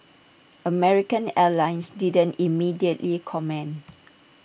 American airlines didn't immediately comment